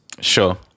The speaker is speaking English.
Sure